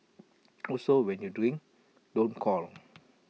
also when you drink don't call